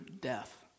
death